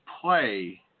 play